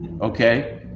okay